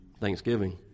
Thanksgiving